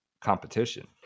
competition